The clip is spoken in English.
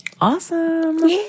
awesome